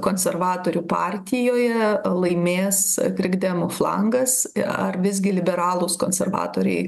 konservatorių partijoje laimės krikdemų flangas ar visgi liberalūs konservatoriai